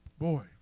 Boy